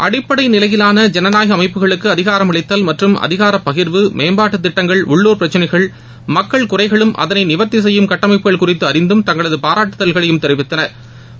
அடிப்படை நிலையிலான ஜனநாயக அமைப்புகளுக்கு அதிகாரம் அளித்தல் மற்றும் அதிகாரப்பகிா்வு மேம்பாட்டுத் திட்டங்கள் உள்ளூர் பிரச்சினைகள் மக்கள் குறைகளும் அதனை நிவர்த்தி செய்யும் கட்டமைப்புகள் குறித்தும் அறிந்தும் தங்களது பாராட்டுதல்களையும் தெரிவித்தனா்